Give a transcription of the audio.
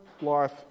life